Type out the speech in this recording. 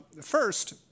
First